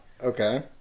Okay